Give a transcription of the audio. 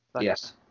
Yes